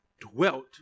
dwelt